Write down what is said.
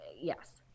yes